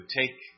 take